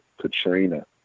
Katrina